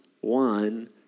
one